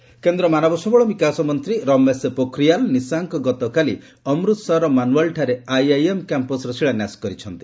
IIM Amritsar କେନ୍ଦ୍ର ମାନବ ସମ୍ଭଳ ବିକାଶ ମନ୍ତ୍ରୀ ରମେଶ ପୋଖରିଆଲ୍ ନିଶଙ୍କ ଗତକାଲି ଅମୃତସରର ମାନୱାଲାଠାରେ ଆଇଆଇଏମ୍ କ୍ୟାମ୍ପସ୍ର ଶିଳାନ୍ୟାସ କରିଛନ୍ତି